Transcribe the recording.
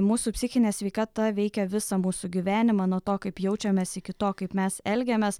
mūsų psichinė sveikata veikia visą mūsų gyvenimą nuo to kaip jaučiamės iki to kaip mes elgiamės